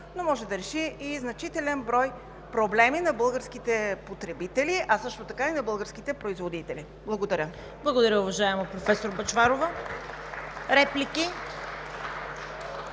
но може да реши и значителен брой проблеми на българските потребители, а също така и на българските производители. Благодаря. ПРЕДСЕДАТЕЛ ЦВЕТА КАРАЯНЧЕВА: Благодаря, уважаема професор Бъчварова. Реплики?